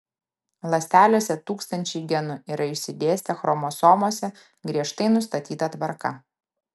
ląstelėse tūkstančiai genų yra išsidėstę chromosomose griežtai nustatyta tvarka